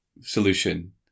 solution